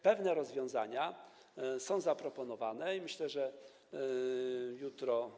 Pewne rozwiązania są zaproponowane i myślę, że jutro.